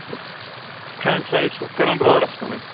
front side چھُ کَرُن روڈَس کُنُے